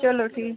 چلو ٹھیٖک